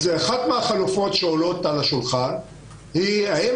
אחת החלופות שעולות על השולחן היא האם